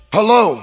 Hello